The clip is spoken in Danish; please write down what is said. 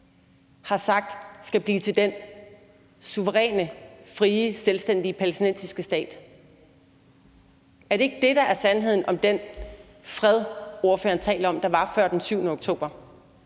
har sagt skal blive til den suveræne, frie, selvstændige palæstinensiske stat? Er det ikke det, der er sandheden om den fred, ordføreren taler om der var før den 7. oktober,